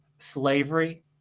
slavery